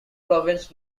province